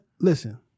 listen